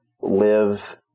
live